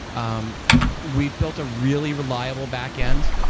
um we built a really reliable backend.